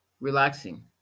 relaxing